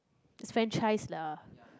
it's franchise lah